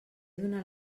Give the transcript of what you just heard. donat